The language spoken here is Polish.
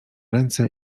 ręce